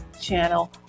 channel